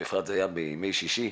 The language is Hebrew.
בפרט בימי שישי,